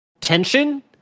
tension